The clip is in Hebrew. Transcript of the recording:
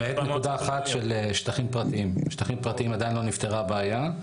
בשטחים פרטיים עדיין לא נפתרה הבעיה.